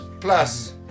Plus